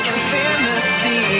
Infinity